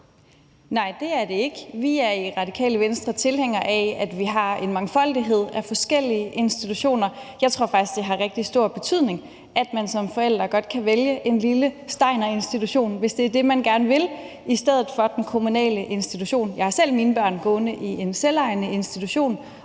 Nej, det er det ikke. Vi er i Radikale Venstre tilhængere af, at vi har en mangfoldighed af forskellige institutioner. Jeg tror faktisk, at det har rigtig stor betydning, at man som forældre godt kan vælge en lille Rudolf Steiner-institution, hvis det er det, man gerne vil, i stedet for den kommunale institution. Jeg har selv mine børn gående i en selvejende institution,